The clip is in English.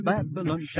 Babylon